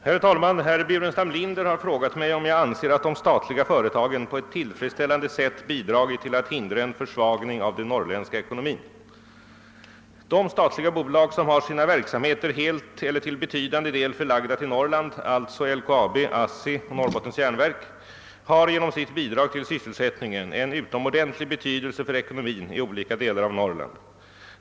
Herr talman! Herr Burenstam Linder har frågat mig, om jag anser att de statliga företagen på ett tillfredsställande sätt bidragit till att hindra en försvagning av den norrländska ekonomin. samheter helt eller till betydande del förlagda till Norrland, alltså LKAB, ASSI och Norrbottens Järnverk, har genom sina bidrag till sysselsättningen en utomordentlig betydelse för ekonomin i olika delar av Norrland.